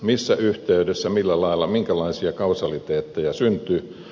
missä yhteydessä millä lailla minkälaisia kausaliteetteja syntyy